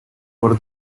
por